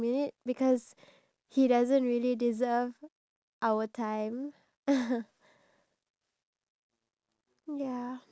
ya and he actually since he got millions of views his millions of people who watch his videos are actually they actually gain some